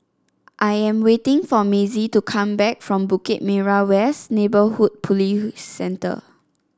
I am waiting for Mazie to come back from Bukit Merah West Neighbourhood Police Centre